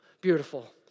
beautiful